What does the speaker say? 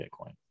Bitcoin